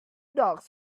dogs